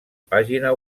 pàgina